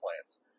plants